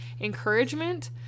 encouragement